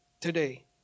today